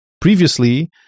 Previously